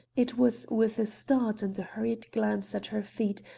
it was with a start and a hurried glance at her feet,